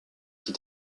qui